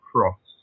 Cross